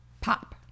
pop